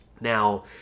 Now